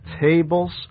tables